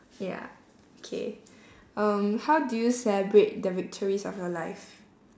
ya okay um how do you celebrate the victories of your life